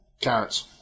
Carrots